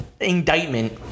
indictment